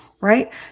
right